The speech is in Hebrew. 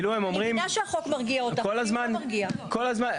כל הזמן אומרים שיש חוק.